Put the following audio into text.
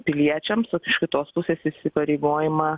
piliečiams o iš kitos pusės įsipareigojimą